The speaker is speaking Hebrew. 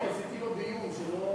רק עשיתי לו בִּיוּם, שלא,